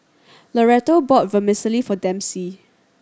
Loretto bought Vermicelli for Dempsey